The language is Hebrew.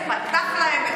האנטי-דמוקרטית,